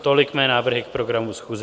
Tolik mé návrhy k programu schůze.